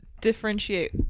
differentiate